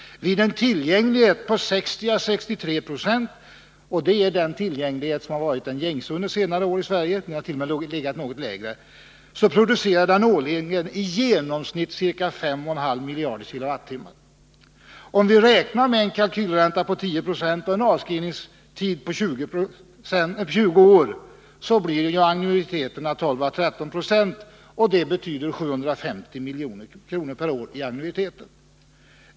Vid en tillgänglighet på 60-63 96 — vilket har varit den vanliga tillgängligheten i Sverige under senare år, den hart.o.m. varit något lägre — producerar reaktorn årligen i genomsnitt ca 5,5 miljarder kWh. Om vi räknar med en kalkylränta på 10 26 och en avskrivningstid på 20 år, blir annuiteten 12-13 96, vilket innebär 750 milj.kr. per år.